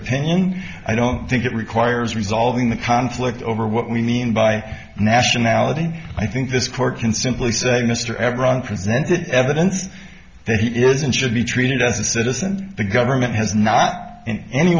opinion and i don't think it requires resolving the conflict over what we mean by nationality i think this court can simply say mr ever present evidence that he is and should be treated as a citizen the government has not in any